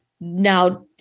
Now